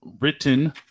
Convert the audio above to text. written